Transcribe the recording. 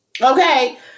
Okay